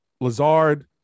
Lazard